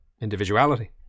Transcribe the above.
individuality